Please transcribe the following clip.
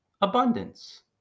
abundance